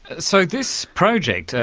so this project,